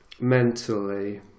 mentally